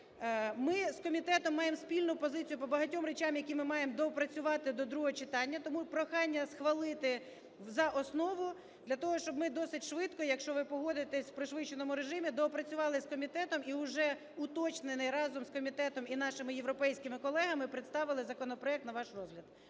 Ми з комітетом маємо спільну позицію по багатьом речам, які ми маємо доопрацювати до другого читання, тому прохання схвалити за основу для того, щоб ми досить швидко, якщо ви погодитесь, у пришвидшеному режимі доопрацювали з комітетом, і уже уточнений, разом з комітетом і нашими європейськими колегами представили законопроект на ваш розгляд.